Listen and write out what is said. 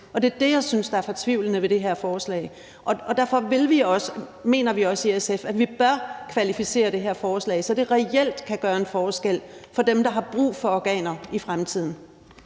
Det er det, jeg synes er fortvivlende ved det her forslag. Derfor mener vi også i SF, at vi bør kvalificere det her forslag, så det reelt kan gøre en forskel for dem, der har brug for organer i fremtiden.